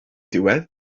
diwedd